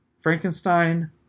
Frankenstein